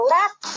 Left